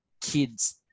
kids